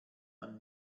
man